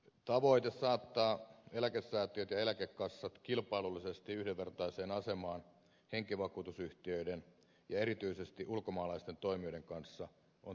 tavoite saattaa eläkesäätiöt ja eläkekassat kilpailullisesti yhdenvertaiseen asemaan henkivakuutusyhtiöiden ja erityisesti ulkomaalaisten toimijoiden kanssa on tietenkin perusteltu